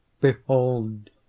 Behold